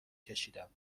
کشیدم